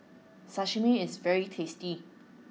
Sashimi is very tasty